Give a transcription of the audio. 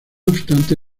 obstante